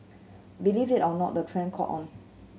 believe it or not the trend caught on